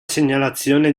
segnalazione